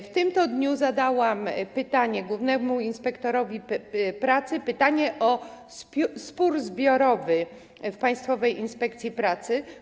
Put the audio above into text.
W tym to dniu zadałam głównemu inspektorowi pracy pytanie o spór zbiorowy w Państwowej Inspekcji Pracy.